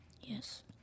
Yes